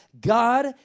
God